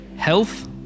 Health